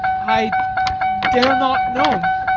i dare not know,